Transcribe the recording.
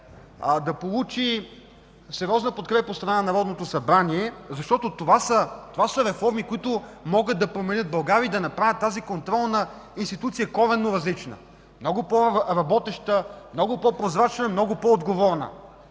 да получи сериозна подкрепа от страна на Народното събрание, защото това са реформи, които могат да променят България и да направят тази контролна институция коренно различна, много по-работеща, много по-прозрачна, много по-отговорна,